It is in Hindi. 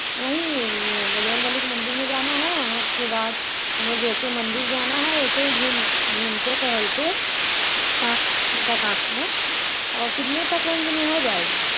वहीं बजरंग बली के मंदिर में जाना है वहाँ के बाद हमें जय शिव मंदिर जाना है वैसे ही घूम घूमते टहलते शाम तक आते हैं और कितने तक रेंज में हो जाएगी